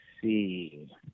see